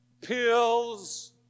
Pills